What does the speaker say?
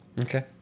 Okay